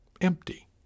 empty